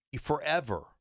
forever